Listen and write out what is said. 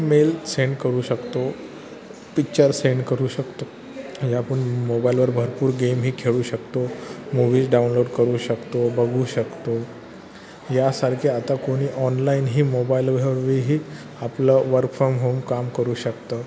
mail send करू शकतो picture send करू शकतो ह्या फोन मोबाईलवर भरपूर गेमही खेळू शकतो मूवीज डाउनलोड करू शकतो बघू शकतो यासारखे आता कोणी ऑनलाइनही मोबाइल आपलं वर्क फ्रॉम होम काम करू शकतं